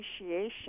appreciation